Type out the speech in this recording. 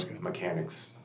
mechanics